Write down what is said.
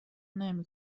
نمی